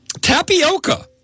Tapioca